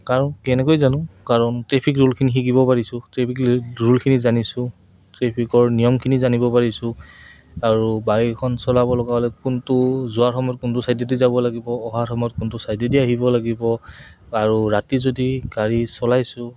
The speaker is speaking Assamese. কাৰণ কেনেকৈ জানো কাৰণ ট্ৰেফিক ৰুলখিনি শিকিব পাৰিছোঁ ট্ৰেফিক ৰুলখিনি জানিছোঁ ট্ৰেফিকৰ নিয়মখিনি জানিব পাৰিছোঁ আৰু বাইকখন চলাব লগা হ'লে কোনটো যোৱাৰ সময়ত কোনটো ছাইডে দি যাব লাগিব অহাৰ সময়ত কোনটো ছাইডে দি আহিব লাগিব আৰু ৰাতি যদি গাড়ী চলাইছোঁ